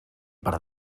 per